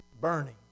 burning